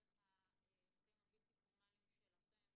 דרך האמצעים הבלתי פורמליים שלכם,